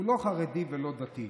הוא לא חרדי ולא דתי: